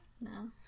No